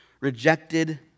rejected